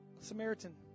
Samaritan